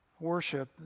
Worship